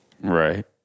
right